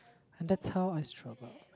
and that's how I struggled